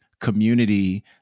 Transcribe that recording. community